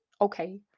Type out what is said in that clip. Okay